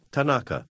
Tanaka